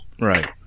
right